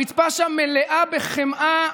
הרצפה שם מלאה בחמאה